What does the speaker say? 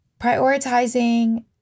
prioritizing